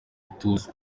ituze